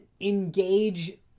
engage